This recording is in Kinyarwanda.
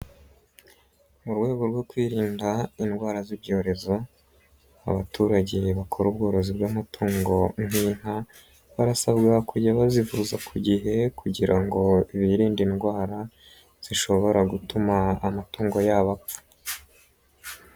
Mu rwego rwo kwirinda indwara z'ibyorezo abaturage bakora ubworozi bw'amatungo bw'inka, barasabwa kujya bazivuza ku gihe kugira ngo birinde indwara zishobora gutuma amatungo yabo apfa.